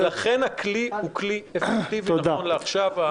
לכן הכלי הוא כלי הכרחי נכון לעכשיו.